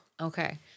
Okay